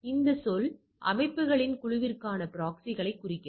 இந்த சொல் அமைப்புகளின் குழுவிற்கான ப்ராக்ஸிகளைக் குறிக்கிறது